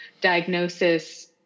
diagnosis